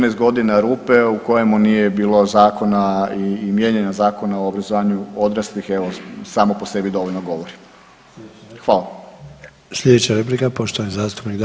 14 godina rupe u kojemu nije bilo zakona i mijenjanja Zakona o obrazovanju odraslih samo po sebi dovoljno govori.